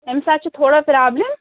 أمِس حظ چھِ تھوڑا پرٛابلِم